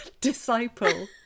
Disciple